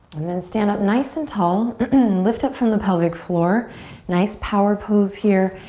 and then stand up nice and tall. and lift up from the pelvic floor nice power pose here.